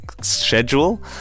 schedule